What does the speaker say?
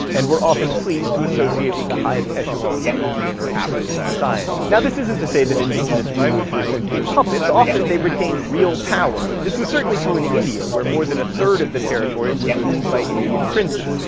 and were often pleased to associate with the highest echelons of indian indian or african society. now, this isn't to say that indigenous rulers were simply puppets. often, they retained real power. this was certainly true and in india, where more than a third of the territory was ruled by indian princes.